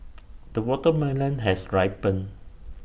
the watermelon has ripened